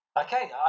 Okay